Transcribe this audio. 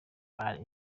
are